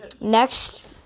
next